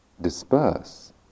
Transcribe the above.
disperse